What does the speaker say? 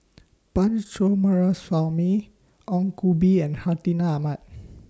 Punch Coomaraswamy Ong Koh Bee and Hartinah Ahmad